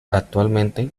actualmente